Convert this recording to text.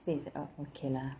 means uh okay lah